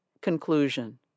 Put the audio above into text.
Conclusion